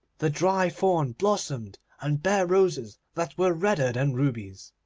the dry thorn blossomed, and bare roses that were redder than rubies.